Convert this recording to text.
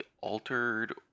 altered